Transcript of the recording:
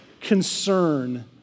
concern